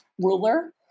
ruler